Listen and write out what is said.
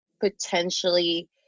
potentially